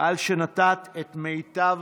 על שנתת את מיטב